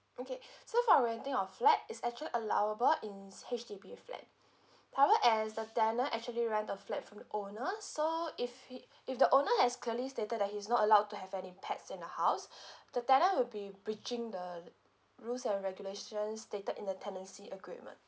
okay so for renting of flat it's actually allowable in s~ H_D_B flat however as the tenant actually rent the flat from the owner so if he if the owner has clearly stated that he's not allowed to have any pets in the house the tenant will be breaching the rules and regulations stated in the tenancy agreement